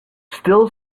still